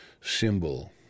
symbol